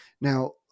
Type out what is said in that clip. Now